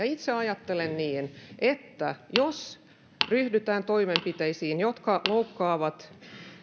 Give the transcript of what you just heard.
itse ajattelen niin että jos ryhdytään toimenpiteisiin jotka loukkaavat